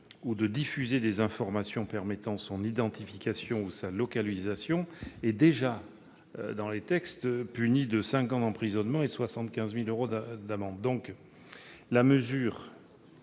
ou de diffuser des informations permettant son identification ou sa localisation est déjà puni dans les textes de cinq ans d'emprisonnement et de 75 000 euros d'amende.